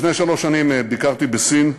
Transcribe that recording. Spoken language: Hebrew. לפני שלוש שנים ביקרתי בסין,